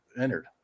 entered